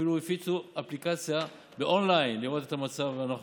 אפילו הפיצו אפליקציה און-ליין לראות את המצב הנכון,